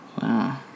wow